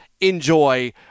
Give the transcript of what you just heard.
enjoy